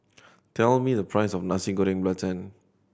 tell me the price of Nasi Goreng Belacan